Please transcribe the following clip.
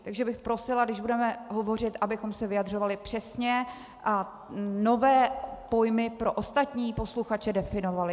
Takže bych prosila, když budeme hovořit, abychom se vyjadřovali přesně a nové pojmy pro ostatní posluchače definovali.